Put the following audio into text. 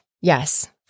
Yes